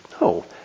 No